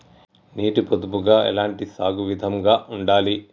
నీటి పొదుపుగా ఎలాంటి సాగు విధంగా ఉండాలి?